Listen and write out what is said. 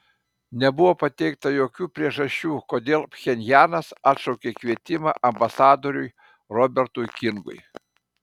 nebuvo pateikta jokių priežasčių kodėl pchenjanas atšaukė kvietimą ambasadoriui robertui kingui